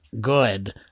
good